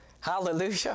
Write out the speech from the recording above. hallelujah